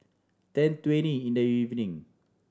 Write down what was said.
ten twenty in the evening